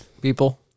people